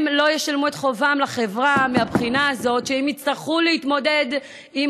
הם לא ישלמו את חובם לחברה מהבחינה הזו שהם יצטרכו להתמודד עם